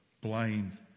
blind